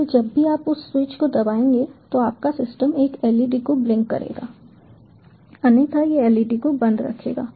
इसलिए जब भी आप उस स्विच को दबाएंगे तो आपका सिस्टम एक LED को ब्लिंक करेगा अन्यथा यह LED को बंद रखेगा